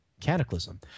cataclysm